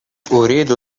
أريد